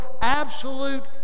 absolute